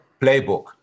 playbook